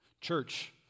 Church